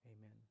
Amen